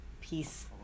peace